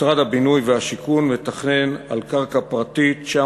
משרד הבינוי והשיכון מתכנן על קרקע פרטית 900